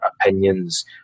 opinions